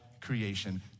creation